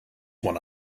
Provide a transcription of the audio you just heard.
one